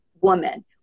woman